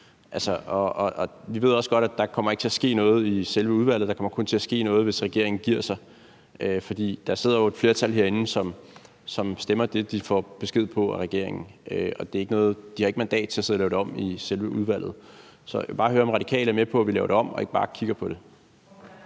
Vi ved også godt, at der ikke kommer til at ske noget i selve udvalget. Der kommer kun til at ske noget, hvis regeringen giver sig. For der sidder jo et flertal herinde, som stemmer det, de får besked på af regeringen, og de har ikke noget mandat til at sidde og lave det om i selve udvalget. Så jeg vil bare høre, om Radikale er med på, at vi laver det om og ikke bare kigger på det.